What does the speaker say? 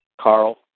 Carl